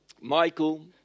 Michael